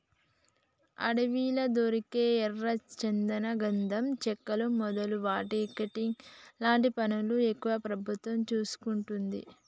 అడవిలా దొరికే ఎర్ర చందనం గంధం చెక్కలు మొదలు వాటి కటింగ్ లాంటి పనులు ఎక్కువ ప్రభుత్వం చూసుకుంటది